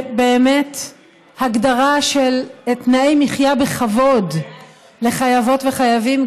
הגדרה של תנאי מחיה בכבוד לחייבות וחייבים,